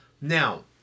Now